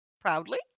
Proudly